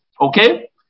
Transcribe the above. okay